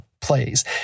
plays